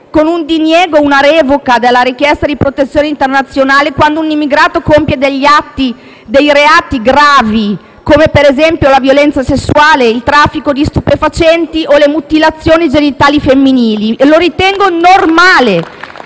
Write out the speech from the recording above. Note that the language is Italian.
con un diniego o una revoca della richiesta di protezione internazionale, quando un immigrato compie atti o reati gravi, come per esempio la violenza sessuale, il traffico di stupefacenti o le mutilazioni genitali femminili. Ritengo normale